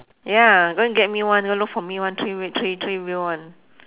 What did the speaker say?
ya go and get me one go and look for me one three we three three wheel one